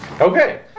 Okay